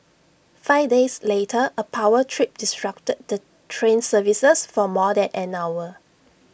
five days later A power trip disrupted the train services for more than an hour